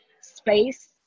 space